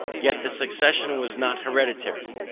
yet the succession was not hereditary,